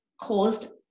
caused